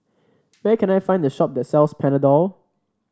where can I find the shop that sells Panadol